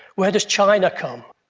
where does china come?